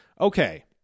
okay